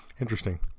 Interesting